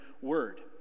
word